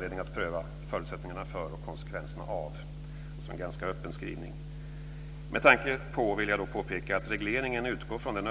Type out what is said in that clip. Det är en ganska öppen skrivning. Jag vill påpeka att med tanke på att den gällande regleringen utgår från